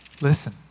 Listen